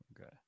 okay